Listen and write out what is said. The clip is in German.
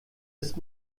ist